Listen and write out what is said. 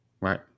Right